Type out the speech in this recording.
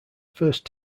first